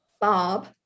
Bob